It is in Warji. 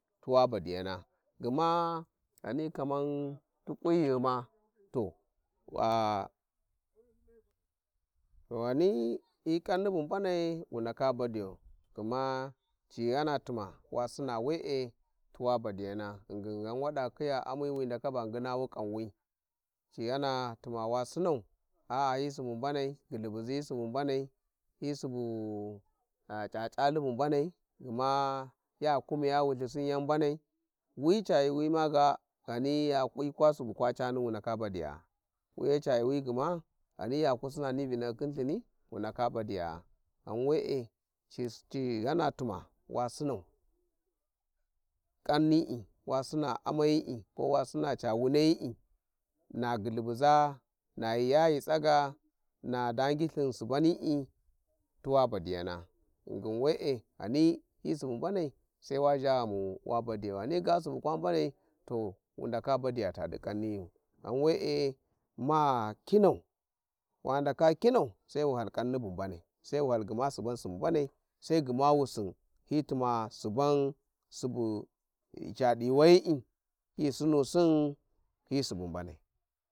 ﻿Tuwabadiyana gma ghani kaman kunyighuma to –ah- ghani hi kanni bu mbanai wu ndaka badiya gma ci Ghana tuma wa sina we`e tuwa badiyana ghingin ghan wada khiya gma wi ndaka ba nginawu kanwi ci Ghana tumawa sinau aa hi subu mbanai gulhubuji hi subu mbanai hi subu c`ac`ali bu mbanai gma ya kumiya wulthsin yani bu mbana wica yuuwi ma ga ghani hikwa subu kwa cani wu ndaka badiya wuya ca yuuwi gma ghani yaku sina ni vinahyi khin lthini wu ndaka badiya ghan we`eci ghana tuma wa sina ca wunayi`i na gulhu buza nag hi ya ghu tsiga nadangi lthin subami tuwa badiyana, ghingun we`e ghani hi subu mbanai sai wa gha ghamu wa badiyau ghani ga subu kwa mbananai to wu wu ndaka badiya cadi kanayu ghan we`e ma kinau wa ndaka u`mau sai wuhal kanin bu mbanai sai wuhal suban gma subu mbanai sai gma hi tuma suban subu cadi yuuwayi`I hi sinusin hi subu mbanai.